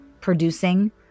producing